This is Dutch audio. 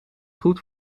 goed